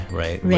right